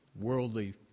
worldly